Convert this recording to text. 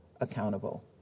accountable